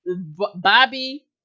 Bobby